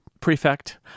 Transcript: prefect